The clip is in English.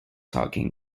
talking